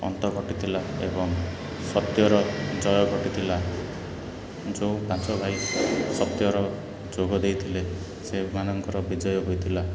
ଅନ୍ତ ଘଟିଥିଲା ଏବଂ ସତ୍ୟର ଜୟ ଘଟିଥିଲା ଯେଉଁ ପାଞ୍ଚ ଭାଇ ସତ୍ୟର ଯୋଗ ଦେଇଥିଲେ ସେମାନଙ୍କର ବିଜୟ ହୋଇଥିଲା